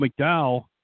McDowell